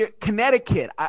Connecticut